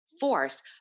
force